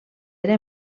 era